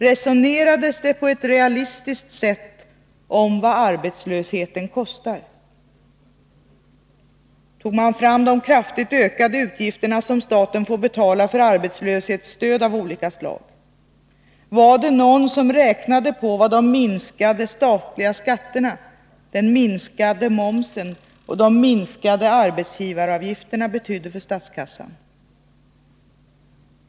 Resonerades det på ett realistiskt sätt om vad arbetslösheten kostar? Tog man fram de kraftigt ökade utgifterna som staten får betala för arbetslöshetsstöd av olika slag? Var det någon som räknade på vad de minskade statliga skatterna, den minskade momsen och de minskade arbetsgivaravgifterna betydde för statskassan?